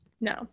No